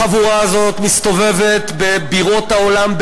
החבורה הזאת מסתובבת בבירות העולם,